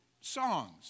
songs